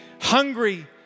hungry